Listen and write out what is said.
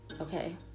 okay